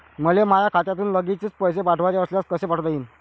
मले माह्या खात्यातून लागलीच पैसे पाठवाचे असल्यास कसे पाठोता यीन?